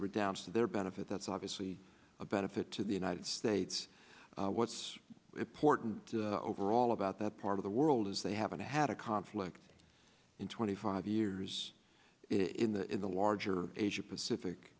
were down to their benefit that's obviously a benefit to the united states what's important overall about that part of the world is they haven't had a conflict in twenty five years in the in the larger asia pacific